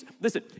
listen